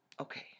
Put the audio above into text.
okay